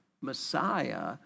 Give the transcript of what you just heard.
Messiah